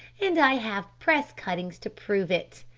and i have press cuttings to prove it!